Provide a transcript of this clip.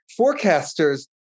forecasters